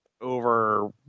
over